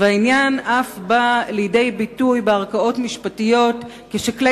והעניין אף בא לידי ביטוי בערכאות משפטיות כשכלי